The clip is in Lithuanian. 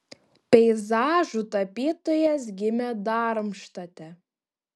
peizažų tapytojas gimė darmštate